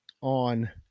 on